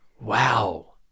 Wow